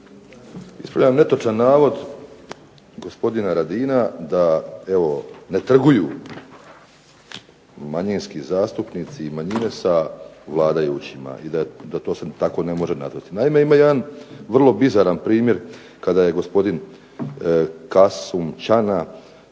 Ispravljam netočan navod gospodina Radina da ne trguju manjinski zastupnici i manjine sa vladajućima i da se to ne može tako nazvati. Naime, ima jedan vrlo bizaran primjer kada je gospodin Kasum Ćana